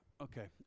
Okay